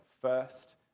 first